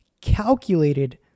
calculated